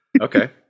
okay